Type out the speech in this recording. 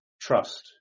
trust